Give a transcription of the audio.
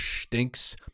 stinks